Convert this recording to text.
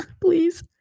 please